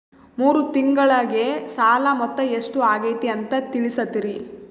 ಮೂರು ತಿಂಗಳಗೆ ಸಾಲ ಮೊತ್ತ ಎಷ್ಟು ಆಗೈತಿ ಅಂತ ತಿಳಸತಿರಿ?